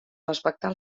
respectar